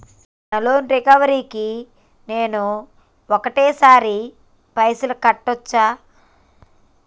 నా loan recovery కి నేను ఒకటేసరి పైసల్ కట్టొచ్చా?